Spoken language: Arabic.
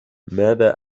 ماذا